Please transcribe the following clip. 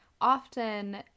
often